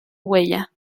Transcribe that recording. huella